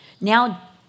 Now